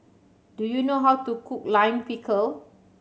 do you know how to cook Lime Pickle